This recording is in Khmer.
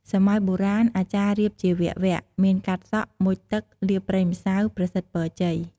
សម័យបុរាណអាចារ្យរៀបជាវគ្គៗ មានកាត់សក់ មុជទឹក លាបប្រេងម្សៅ ប្រសិទ្ធពរជ័យ ។